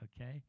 okay